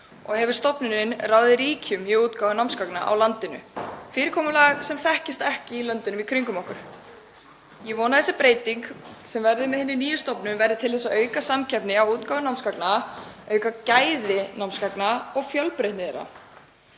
og hefur stofnunin ráðið ríkjum í útgáfu námsgagna á landinu, fyrirkomulag sem þekkist ekki í löndunum í kringum okkur. Ég vona að þessi breyting sem verður með hinni nýju stofnun verði til þess að auka samkeppni á útgáfu námsgagna, auka gæði námsgagna og fjölbreytni þeirra.